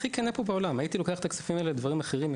אני הכי כן פה בעולם הייתי לוקח את הכספים האלה לדברים אחרים,